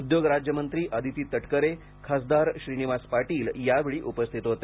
उद्योग राज्यमंत्री आदिती तटकरे खासदार श्रीनिवास पाटील यावेळी उपस्थित होते